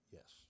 Yes